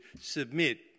submit